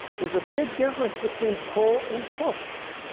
there's a big difference between pull and push,